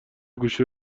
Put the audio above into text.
گوشی